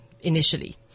initially